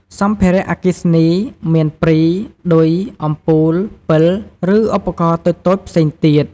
សម្ភារៈអគ្គិសនី មានព្រី ឌុយ អំពូល ពិល ឬឧបករណ៍តូចៗផ្សេងទៀត។